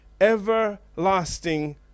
everlasting